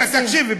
תקשיבי,